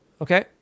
Okay